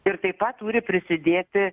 ir taip pat turi prisidėti